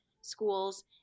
schools